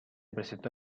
presentó